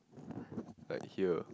like here